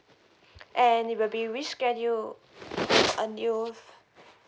and it will be reschedule a new